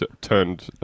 turned